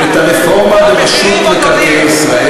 את הרפורמה ברשות מקרקעי ישראל,